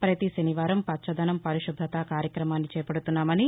పతి శనివారం పచ్చదనం పరిశు భ్రత కార్యక్రమాన్ని చేపడుతున్నామని